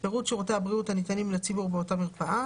פירוט שירותי הבריאות הניתנים לציבור באותה מרפאה,